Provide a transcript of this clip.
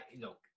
look